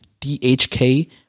DHK